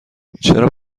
چرا